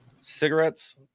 cigarettes